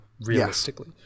realistically